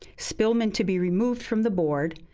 spilman to be removed from the board,